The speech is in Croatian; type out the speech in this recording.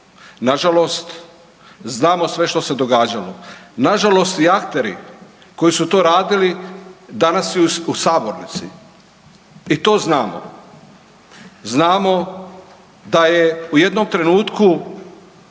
Nažalost znamo sve što se događalo. Nažalost i akteri koji su to radili danas i u sabornici i to znamo. Znamo da je u jednom trenutku